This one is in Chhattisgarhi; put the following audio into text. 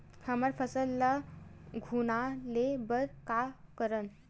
हमर फसल ल घुना ले बर का करन?